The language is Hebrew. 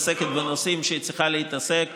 מתעסקת בנושאים שהיא צריכה להתעסק בהם.